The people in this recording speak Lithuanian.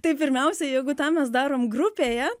tai pirmiausia jeigu tą mes darom grupėje